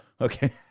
Okay